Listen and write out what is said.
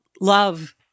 love